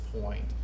point